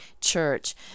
Church